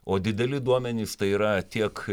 o dideli duomenys tai yra tiek